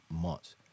months